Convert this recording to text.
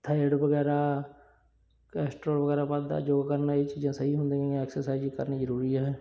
thyroid ਵਗੈਰਾ cholesterol ਵਗੈਰਾ ਵਧਦਾ ਯੋਗਾ ਕਰਨ ਨਾਲ ਇਹ ਚੀਜ਼ਾਂ ਸਹੀ ਹੁੰਦੀਆਂ ਐਕਸਰਸਾਈਜ਼ ਕਰਨੀ ਜ਼ਰੂਰੀ ਹੈ